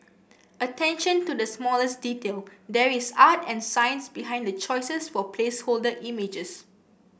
attention to the smallest detail there is art and science behind the choices for placeholder images